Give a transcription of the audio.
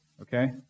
Okay